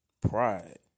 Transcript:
pride